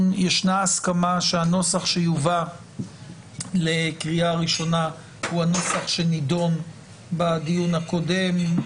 ישנה הסכמה שהנוסח שיובא לקריאה ראשונה הוא הנוסח שנידון בדיון הקודם,